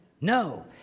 No